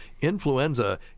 influenza